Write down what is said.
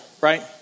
right